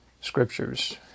scriptures